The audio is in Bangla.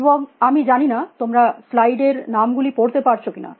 এবং আমি জানি না তোমরা স্লাইড এর নামগুলি পড়তে পারছ কিনা